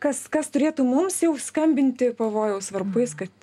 kas kas turėtų mums jau skambinti pavojaus varpais kad